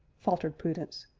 faltered prudence,